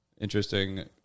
interesting